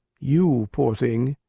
you, poor thing,